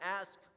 ask